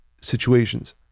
situations